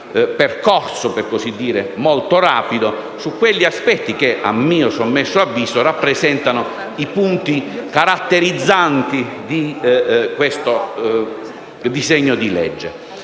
con un percorso molto rapido sugli aspetti che, a mio sommesso avviso, rappresentano i punti caratterizzanti di questo disegno di legge.